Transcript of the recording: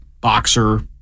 boxer